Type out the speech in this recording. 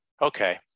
Okay